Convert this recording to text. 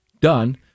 done